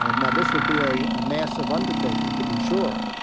ah and now, this would be a ah massive undertaking to be sure.